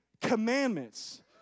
commandments